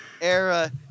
era